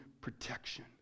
protection